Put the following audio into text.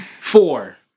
Four